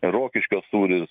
rokiškio sūris